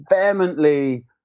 vehemently